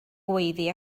gweiddi